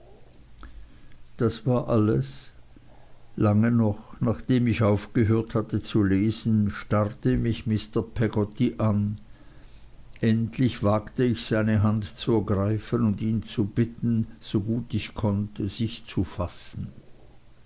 das war alles lange noch nachdem ich aufgehört zu lesen starrte mich mr peggotty an endlich wagte ich seine hand zu ergreifen und ihn zu bitten so gut ich konnte sich zu fassen